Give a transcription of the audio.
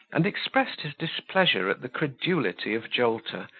and expressed his displeasure at the credulity of jolter,